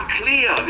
clear